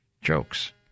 jokes